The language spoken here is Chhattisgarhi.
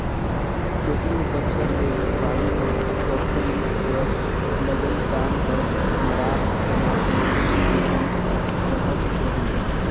केतनो बछर ले बाड़ी बखरी कर लगई काम हर मरार समाज मन के ही रहत रहिस